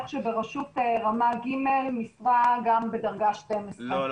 שברשות רמה ג' משרה גם בדרגה 12. לא,